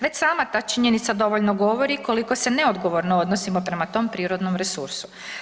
Već sama ta činjenica dovoljno govori koliko se neodgovorno odnosimo prema tom prirodnom resursu.